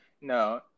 No